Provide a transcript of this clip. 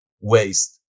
waste